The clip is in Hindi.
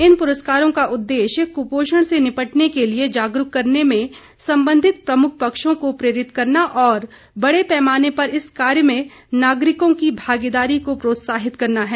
इन पुरस्कारों का उद्देश्य कुपोषण से निपटने के लिए जागरूक करने में संबंधित प्रमुख पक्षों को प्रेरित करना और बड़े पैमाने पर इस कार्य में नागरिकों की भागीदारी को प्रोत्साहित करना है